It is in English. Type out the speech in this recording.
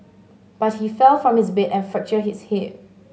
but he fell from his bed and fractured his hip